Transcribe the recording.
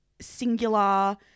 singular